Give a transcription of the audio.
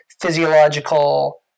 physiological